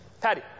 patty